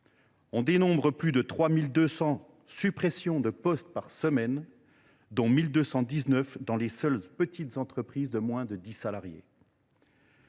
On dénombre plus de 3 200 suppressions de postes par semaine, dont 1 219 dans les seules entreprises de moins de dix salariés.